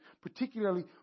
particularly